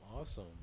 awesome